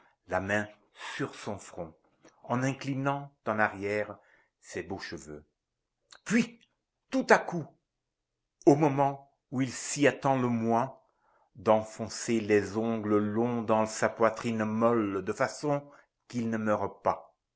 la main sur son front en inclinant en arrière ses beaux cheveux puis tout à coup au moment où il s'y attend le moins d'enfoncer les ongles longs dans sa poitrine molle de façon qu'il ne meure pas